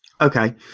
Okay